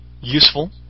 useful